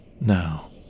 Now